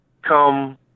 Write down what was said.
come